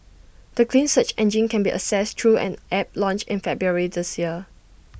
the clean search engine can be accessed through an app launched in February this year